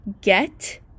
get